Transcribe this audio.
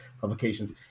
publications